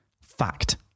Fact